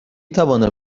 توانم